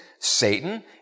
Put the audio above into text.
Satan